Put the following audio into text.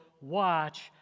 Watch